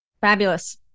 Fabulous